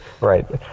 right